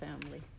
family